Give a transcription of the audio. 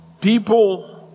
people